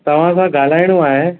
तव्हां सां ॻाल्हाइणो आहे